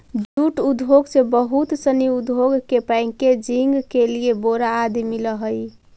jute उद्योग से बहुत सनी उद्योग के पैकेजिंग के लिए बोरा आदि मिलऽ हइ